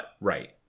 Right